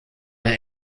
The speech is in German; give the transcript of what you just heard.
der